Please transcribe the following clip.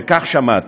וכך שמעתי: